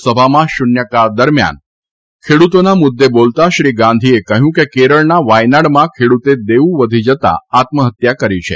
લોકસભામાં શુન્યકાળ દરમ્યાન ખેડૂતોના મુદ્દે બોલતાં શ્રી ગાંધીએ કહ્યું કે કેરળના વાયનાડમાં ખેડૂતે દેવું વધી જતા આત્મહત્યા કરી છે